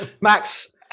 Max